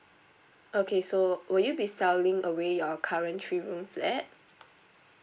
okay so will you be selling away your current three room flat